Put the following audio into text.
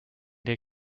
der